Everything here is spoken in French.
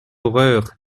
horreur